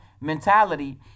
mentality